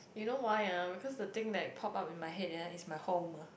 you know why ah because the thing that pop up in my head is my home uh